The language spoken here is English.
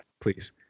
Please